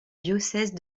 diocèse